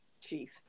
Chief